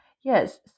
yes